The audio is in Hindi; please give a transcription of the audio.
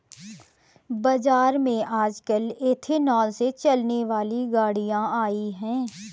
बाज़ार में आजकल एथेनॉल से चलने वाली गाड़ियां आई है